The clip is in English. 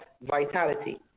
vitality